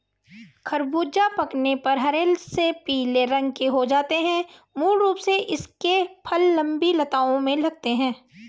ख़रबूज़ा पकने पर हरे से पीले रंग के हो जाते है मूल रूप से इसके फल लम्बी लताओं में लगते हैं